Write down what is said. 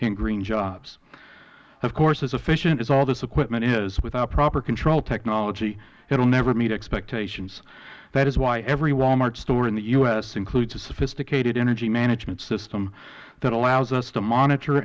in green jobs of course as efficient as all of this equipment is without proper control technology it will never meet expectations that is why every wal mart store in the u s includes a sophisticated energy management system that allows us to monitor